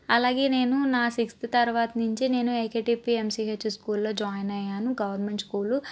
అలాగే నేను నా సిక్స్త్ తర్వాత నుంచి నేను ఏపీటిపిఎంసిహెచ్ స్కూల్లో జాయిన్ అయ్యాను గౌవర్నమెంట్ స్కూలు